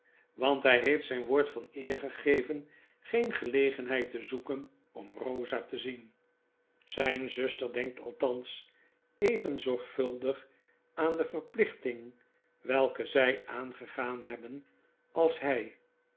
want hy heeft zyn woord van eer gegeven geen gelegenheid te zoeken om rosa te zien zyn zuster denkt althans even zorgvuldig aan de verplichting welke zjj aangegaan hebben als hy